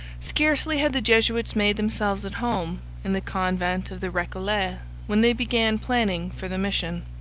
scarcely had the jesuits made themselves at home in the convent of the recollets when they began planning for the mission.